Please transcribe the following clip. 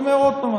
אני אומר עוד פעם,